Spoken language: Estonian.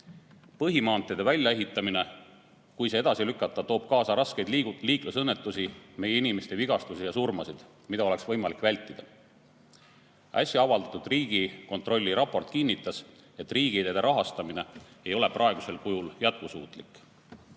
põhimaanteede väljaehitamine edasi lükata, siis see toob kaasa raskeid liiklusõnnetusi ning meie inimeste vigastusi ja surmasid, mida oleks olnud võimalik vältida. Äsja avaldatud Riigikontrolli raport kinnitas, et riigiteede rahastamine ei ole praegusel kujul jätkusuutlik